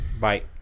bye